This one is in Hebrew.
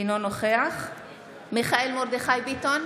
אינו נוכח מיכאל מרדכי ביטון,